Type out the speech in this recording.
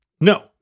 No